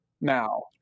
now